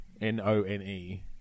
N-O-N-E